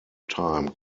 time